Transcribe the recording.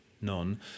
none